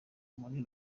muri